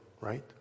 right